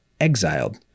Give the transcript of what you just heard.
exiled